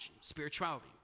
spirituality